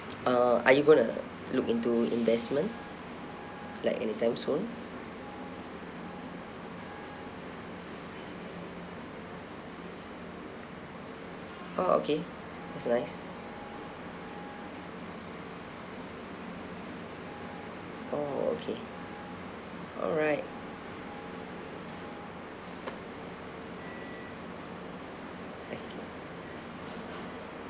uh are you going to look into investment like anytime soon oh okay that's nice oh okay alright thank you